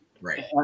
right